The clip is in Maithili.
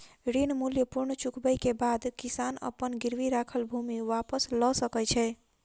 ऋण मूल्य पूर्ण चुकबै के बाद किसान अपन गिरवी राखल भूमि वापस लअ सकै छै